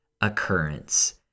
occurrence